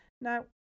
Now